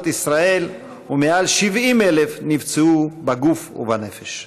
ישראל ויותר מ-70,000 נפצעו בגוף ובנפש.